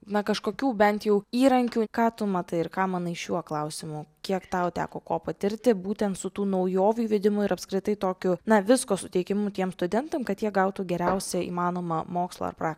na kažkokių bent jau įrankių ką tu matai ir ką manai šiuo klausimu kiek tau teko ko patirti būtent su tų naujovių įvedimu ir apskritai tokiu na visko suteikimu tiems studentam kad jie gautų geriausią įmanomą mokslą ar praktiką